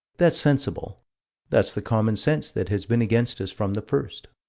that's sensible that's the common sense that has been against us from the first.